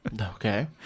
Okay